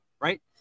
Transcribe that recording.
right